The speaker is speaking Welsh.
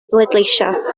bleidleisio